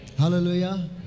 Hallelujah